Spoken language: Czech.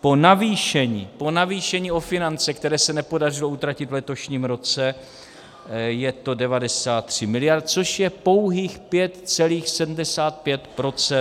Po navýšení, po navýšení o finance, které se nepodařilo utratit v letošním roce, je to 93 miliard, což je pouhých 5,75